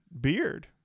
beard